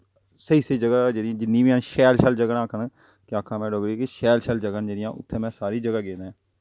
स्हेई स्हेई जगह् जेह्ड़ियां बी हैन जिन्नियां बी न शैल शैल जगह् में आखा ना कि शैल शैल जगह् न जेह्ड़ियां उत्थें में सारी जगह् गेदा ऐं